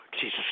Jesus